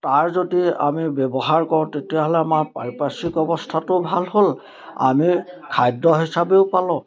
তাৰ যদি আমি ব্যৱহাৰ কৰোঁ তেতিয়াহ'লে আমাৰ পাৰিপাৰ্শ্বিক অৱস্থাটোও ভাল হ'ল আমি খাদ্য হিচাপেও পালোঁ